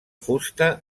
fusta